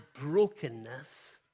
brokenness